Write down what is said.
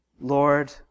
Lord